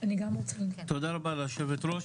תודה רבה ליו"ר.